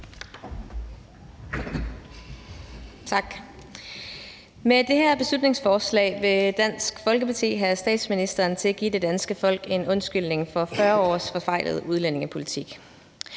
Tak. Med det her beslutningsforslag vil Dansk Folkeparti have statsministeren til at give det danske folk en undskyldning for 40 års forfejlet udlændingepolitik.